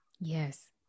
yes